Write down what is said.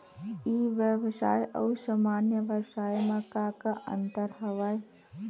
ई व्यवसाय आऊ सामान्य व्यवसाय म का का अंतर हवय?